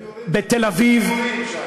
בתל-אביב,